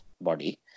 body